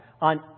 on